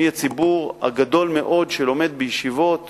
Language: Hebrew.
מהציבור הגדול מאוד שלומד בישיבות